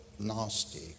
nasty